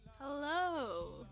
Hello